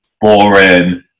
boring